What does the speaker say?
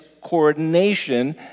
coordination